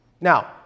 Now